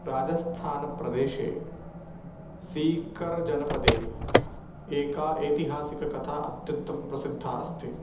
राजस्थानप्रदेशे सीकर् जनपदे एका ऐतिहासिककथा अत्यन्तं प्रसिद्धा अस्ति